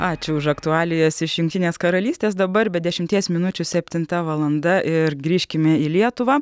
ačiū už aktualijas iš jungtinės karalystės dabar be dešimties minučių septinta valanda ir grįžkime į lietuvą